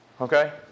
Okay